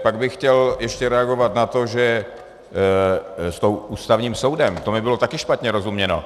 Pak bych chtěl ještě reagovat na to s tím Ústavním soudem, to mi bylo také špatně rozuměno.